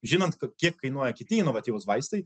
žinant k kiek kainuoja kiti inovatyvūs vaistai